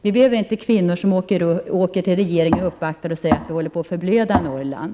Vi vill inte att kvinnor skall behöva uppvakta regeringen och säga: Vi håller på att förblöda i Norrland.